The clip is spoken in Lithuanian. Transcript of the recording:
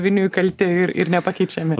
viniu įkalti ir ir nepakeičiami